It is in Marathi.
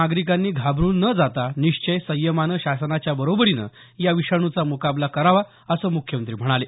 नागरिकांनी घाबरून न जाता निश्चय संयमानं शासनाच्या बरोबरीनं या विषाणूचा म्काबला करावा असं मुख्यमंत्री म्हणाले